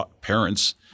parents